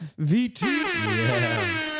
VT